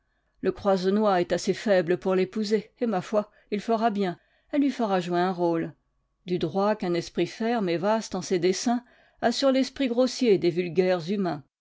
le croisenois est assez faible pour l'épouser et ma foi il fera bien elle lui fera jouer un rôle du droit qu'un esprit ferme et vaste en ses desseins a sur l'esprit grossier des vulgaires humains